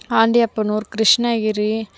Andiyappanur Krishnagiri